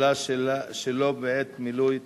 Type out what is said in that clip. (חבלה שלא בעת מילוי תפקיד)